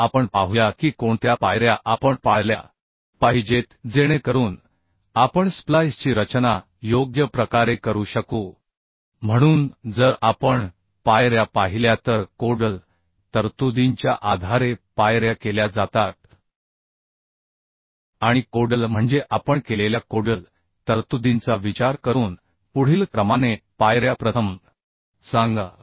आता आपण पाहूया की कोणत्या पायऱ्या आपण पाळल्या पाहिजेत जेणेकरून आपण स्प्लाइसची रचना योग्य प्रकारे करू शकू म्हणून जर आपण पायऱ्या पाहिल्या तर कोडल तरतुदींच्या आधारे पायऱ्या केल्या जातात आणि कोडल म्हणजे आपण केलेल्या कोडल तरतुदींचा विचार करून पुढील क्रमाने पायऱ्या प्रथम सांगा